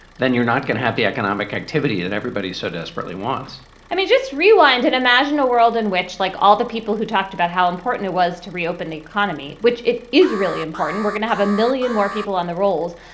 then you're not going to have the economic activity that everybody so desperately wants i mean, mean, just rewind and imagine a world in which, like all the people who talked about how important it was to reopen the economy, which it is really important, we're going to have a million more people on the rolls.